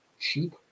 cheap